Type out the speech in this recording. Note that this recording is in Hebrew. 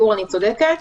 אני צודקת?